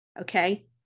okay